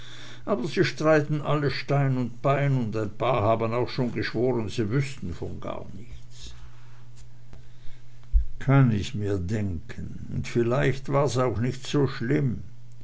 aber sie streiten alle stein und bein und ein paar haben auch schon geschworen sie wüßten von gar nichts kann ich mir denken und vielleicht war's auch nich so schlimm